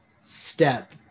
step